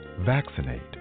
Vaccinate